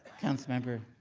councilmember.